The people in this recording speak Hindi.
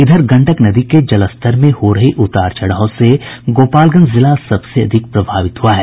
इधर गंडक नदी के जलस्तर में हो रहे उतार चढ़ाव से गोपालगंज जिला सबसे अधिक प्रभावित हुआ है